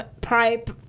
pipe